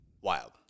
wild